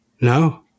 no